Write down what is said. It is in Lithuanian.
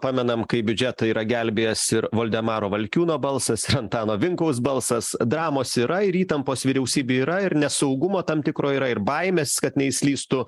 pamenam kaip biudžetą yra gelbėjęs ir valdemaro valkiūno balsas ir antano vinkaus balsas dramos yra ir įtampos vyriausybėj yra ir nesaugumą tam tikro yra ir baimės kad neišslystų